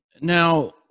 Now